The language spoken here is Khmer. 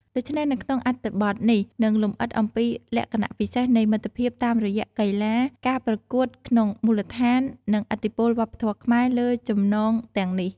ដុច្នេះ នៅក្នុងអត្ថបទនេះនឹងលម្អិតអំពីលក្ខណៈពិសេសនៃមិត្តភាពតាមរយៈកីឡា ការប្រកួតក្នុងមូលដ្ឋាន និងឥទ្ធិពលវប្បធម៌ខ្មែរលើចំណងទាំងនេះ។